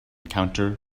counter